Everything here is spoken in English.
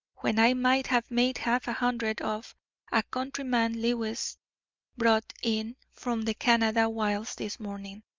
when i might have made half a hundred off a countryman lewis brought in from the canada wilds this morning.